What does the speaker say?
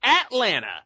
Atlanta